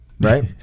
right